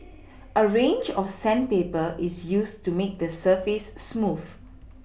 a range of sandpaper is used to make the surface smooth